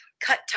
cut